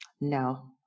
no